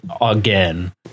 again